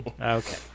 Okay